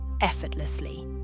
effortlessly